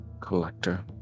collector